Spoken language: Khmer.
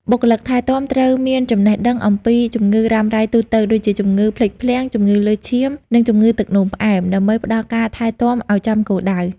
បុគ្គលិកថែទាំត្រូវមានចំណេះដឹងអំពីជំងឺរ៉ាំរ៉ៃទូទៅ ដូចជាជំងឺភ្លេចភ្លាំង ជំងឺលើសឈាម និងជំងឺទឹកនោមផ្អែម ដើម្បីផ្ដល់ការថែទាំឱ្យចំគោលដៅ។